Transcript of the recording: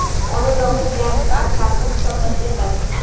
অনেক রকমের গ্রান্টস আর সাবসিডি সব চাষীরা পাই